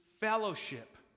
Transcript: fellowship